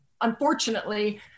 unfortunately